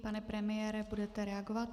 Pane premiére, budete reagovat?